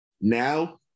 Now